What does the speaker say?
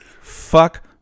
fuck